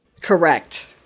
Correct